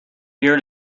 pierre